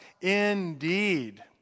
Indeed